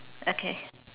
okay